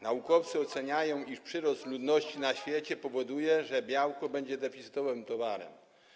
Naukowcy oceniają, iż przyrost ludności na świecie powoduje, że białko będzie deficytowym towarem.